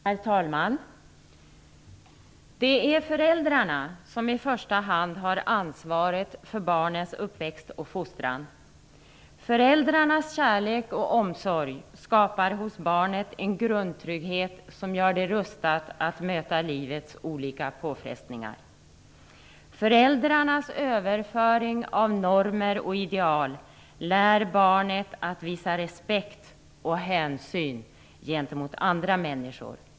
Herr talman! Det är föräldrarna som i första hand har ansvaret för barnens uppväxt och fostran. Föräldrarnas kärlek och omsorg skapar hos barnet en grundtrygghet som gör det rustat att möta livets olika påfrestningar. Föräldrarnas överföring av normer och ideal lär barnet att visa respekt och hänsyn gentemot andra människor.